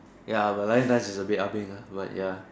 ya but lion dance is a bit ah-beng uh but ya